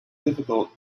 difficult